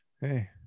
Hey